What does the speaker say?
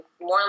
more